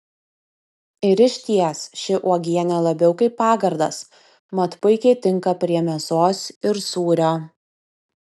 ir išties ši uogienė labiau kaip pagardas mat puikiai tinka prie mėsos ir sūrio